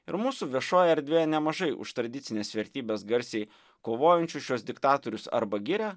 ir mūsų viešojoj erdvėj nemažai už tradicines vertybes garsiai kovojančių šiuos diktatorius arba giria